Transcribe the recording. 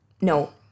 no